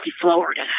Florida